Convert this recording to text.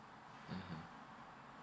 mmhmm